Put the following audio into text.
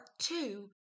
two